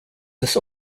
this